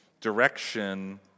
direction